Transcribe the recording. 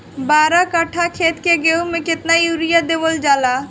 बारह कट्ठा खेत के गेहूं में केतना यूरिया देवल जा?